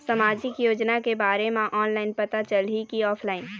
सामाजिक योजना के बारे मा ऑनलाइन पता चलही की ऑफलाइन?